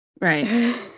right